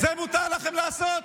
את זה מותר לכם לעשות?